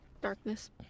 Darkness